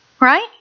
Right